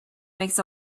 makes